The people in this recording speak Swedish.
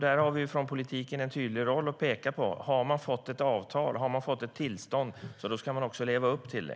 Där har vi politiker en tydlig roll i att peka på: Har man fått ett avtal eller ett tillstånd ska man också leva upp till det.